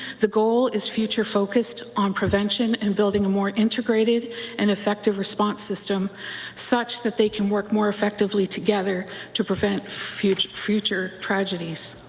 the goal is future focused on prevention and building a more integrated and effective response system such that they can work more effectively together to prevent future future tragedies.